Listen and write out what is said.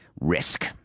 risk